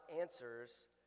answers